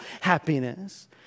happiness